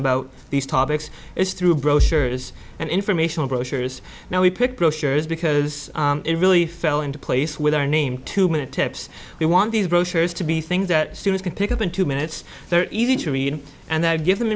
about these topics is through brochures and informational brochures now we pick brochures because it really fell into place with our name two minute tips we want these brochures to be things that students can pick up in two minutes they're easy to read and that give them